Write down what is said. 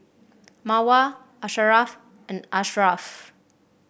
Mawar Asharaff and Ashraff